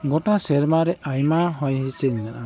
ᱜᱚᱴᱟ ᱥᱮᱨᱢᱟᱨᱮ ᱟᱭᱢᱟ ᱦᱚᱭᱦᱤᱸᱥᱤᱫᱽ ᱢᱮᱱᱟᱜᱼᱟ